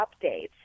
updates